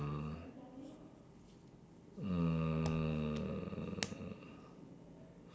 mm